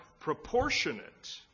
proportionate